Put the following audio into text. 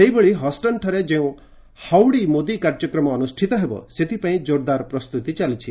ସେହିଭଳି ହଷ୍ଟନ୍ଠାରେ ଯେଉଁ ହାଉଡ଼ି ମୋଦି କାର୍ଯ୍ୟକ୍ରମ ଅନୁଷ୍ଠିତ ହେବ ସେଥିପାଇଁ ଜୋର୍ଦାର ପ୍ରସ୍ତୁତି ଚାଲିଛି